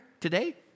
today